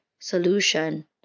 solution